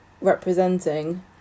representing